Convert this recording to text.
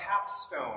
capstone